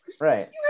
Right